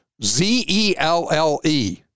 z-e-l-l-e